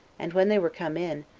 and when they were come in,